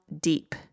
deep